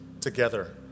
together